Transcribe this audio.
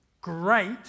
great